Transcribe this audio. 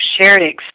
shared